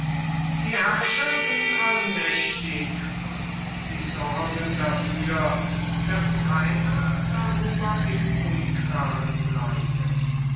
die herrscher sind allmächtig und sie sorgen dafür daß keiner darüber im unklaren bleibe